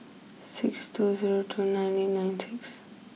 six two zero two nine eight nine six